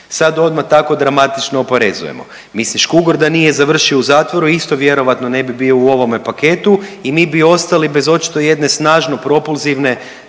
sad odmah tako dramatično oporezujemo. Mislim Škugor da nije završio u zatvoru isto vjerojatno ne bi bio u ovome paketu i mi bi ostali bez očito jedne snažno propulzivne